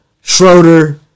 Schroeder